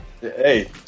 Hey